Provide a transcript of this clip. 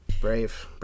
Brave